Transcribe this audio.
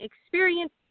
Experience